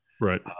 Right